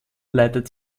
leitet